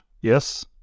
yes